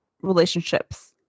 relationships